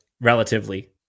relatively